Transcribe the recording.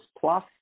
plus